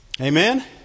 Amen